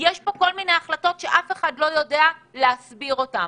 יש פה כל מיני החלטות שאף אחד לא יודע להסביר אותן.